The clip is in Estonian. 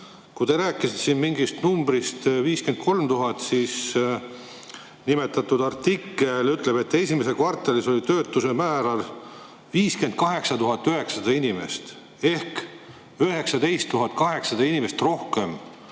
Teie rääkisite mingist numbrist 53 000, nimetatud artikkel aga ütleb, et esimeses kvartalis oli töötuse määr 58 900 inimest ehk 19 800 inimest rohkem